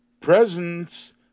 presence